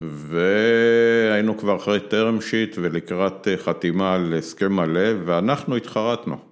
והיינו כבר אחרי טרם שיט ולקראת חתימה על הסכם מלא, ואנחנו התחרטנו.